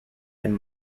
and